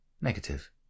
negative